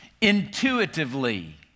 intuitively